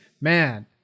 man